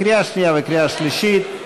קריאה שנייה וקריאה שלישית.